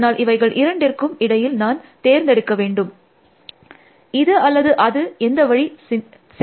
அதனால் இவைகள் இரண்டிற்கும் இடையில் நான் தேர்ந்தெடுக்க வேண்டும் இது அல்லது அது எந்த வழி சிறந்தது